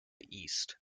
east